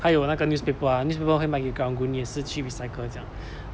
还有那个 newspaper ah newspaper 会卖给 karang guni 也是去 recycle 这样